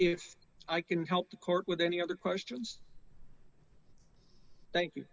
if i can help the court with any other questions thank you